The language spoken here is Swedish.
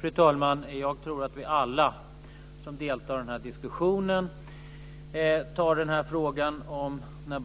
Fru talman! Jag tror att vi alla som deltar i den här diskussionen tar frågan om barn